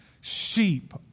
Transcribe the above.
Sheep